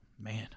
man